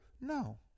no